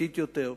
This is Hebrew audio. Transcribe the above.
דתית יותר?